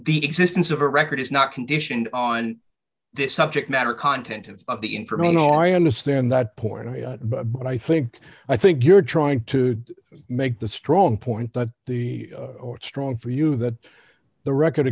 the existence of a record is not conditioned on this subject matter content of the information or i understand that point but i think i think you're trying to make the strong point that the strong for you that the record